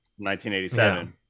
1987